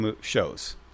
shows